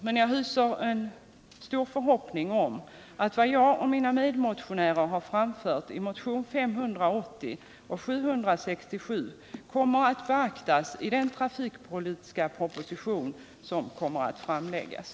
Men jag hyser en stor förhoppning om att vad jag och mina medmotionärer har framfört i motionerna 580 och 767 kommer att beaktas i den trafikpolitiska proposition som kommer att framläggas.